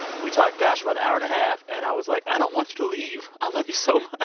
we talked gosh, about an hour and a half. and i was like, i don't want you to leave. i ah love you so um ah